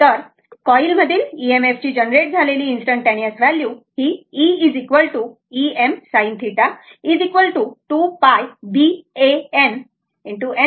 तर आणि कॉइल मधील EMF ची जनरेट झालेली इन्स्टंटटेनिस व्हॅल्यू ही e Em sin θ 2 π B A N n sin θ volt असेल बरोबर